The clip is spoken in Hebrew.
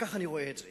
כך אני רואה את זה.